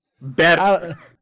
Better